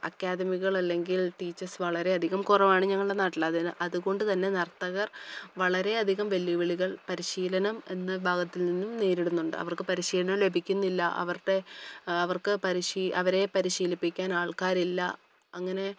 അക്കാദമികളല്ലെങ്കിൽ teachers വളരെ അധികം കുറവാണ് ഞങ്ങളുടെ നാട്ടിൽ അതുതന്നെ അതുകൊണ്ടുതന്നെ നർത്തകർ വളരെ അധികം വെല്ലുവിളികൾ പരിശീലനം എന്ന ഭാഗത്തിൽ നിന്നും നേരിടുന്നുണ്ട് അവർക്ക് പരിശീലനം ലഭിക്കുന്നില്ല അവരുടെ അവർക്ക് അവരെ പരിശീലിപ്പിക്കാൻ ആൾക്കാരില്ല അങ്ങനെ